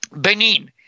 Benin